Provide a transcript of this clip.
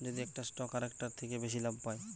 যদি একটা স্টক আরেকটার থেকে বেশি লাভ পায়